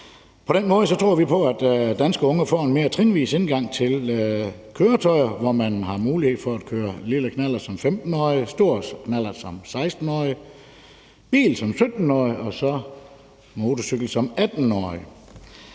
På den måde tror vi, at danske unge får en mere trinvis indgang til køretøjer, hvor man har mulighed for at køre lille knallert som 15 årig, stor knallert som 16-årig, bil som 17-årig og så motorcykel som 18-årig.